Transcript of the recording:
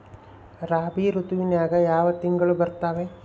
ರಾಬಿ ಋತುವಿನ್ಯಾಗ ಯಾವ ತಿಂಗಳು ಬರ್ತಾವೆ?